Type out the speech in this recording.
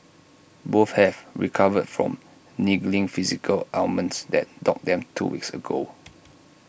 both have also recovered from niggling physical ailments that dogged them two weeks ago